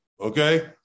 okay